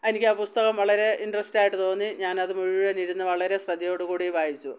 എനിക്കാ പുസ്തകം വളരെ ഇൻട്രസ്റ്റായിട്ടു തോന്നി ഞാനത് മുഴുവനും ഇരുന്ന് വളരെ ശ്രദ്ധയോടു കൂടി വായിച്ചു